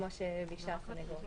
כמו שביקשה הסנגוריה.